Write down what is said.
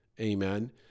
Amen